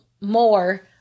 more